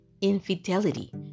Infidelity